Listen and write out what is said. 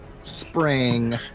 spring